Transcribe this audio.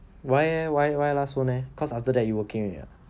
why leh why why last phone eh cause after that you working ah